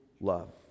love